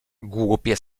głupie